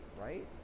right